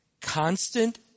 constant